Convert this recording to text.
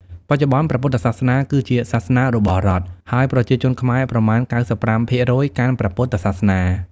បច្ចុប្បន្ន ព្រះពុទ្ធសាសនាគឺជាសាសនារបស់រដ្ឋ ហើយប្រជាជនខ្មែរប្រមាណ ៩៥% កាន់ព្រះពុទ្ធសាសនា។